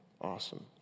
Awesome